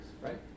right